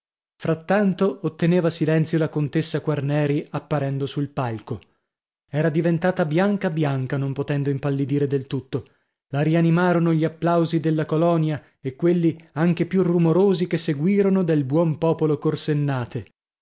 frattanto otteneva silenzio la contessa quarneri apparendo sul palco era diventata bianca bianca non potendo impallidire del tutto la rianimarono gli applausi della colonia e quelli anche più rumorosi che seguirono del buon popolo